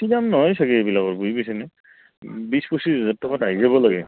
বেছি দাম নহয় চাগে এইবিলাকৰ বুজি পাইছেনে বিছ পঁচিছ হাজাৰ টকাত আহি যাব লাগে